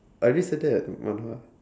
I already settle that manhwa